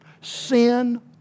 Sin